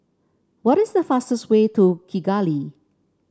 what is the fastest way to Kigali